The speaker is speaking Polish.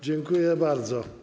Dziękuję bardzo.